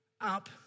up